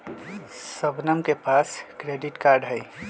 शबनम के पास credit card हई